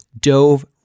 dove